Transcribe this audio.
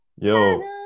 Yo